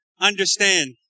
understand